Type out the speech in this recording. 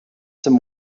some